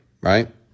right